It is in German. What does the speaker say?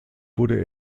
wurde